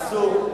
אסור.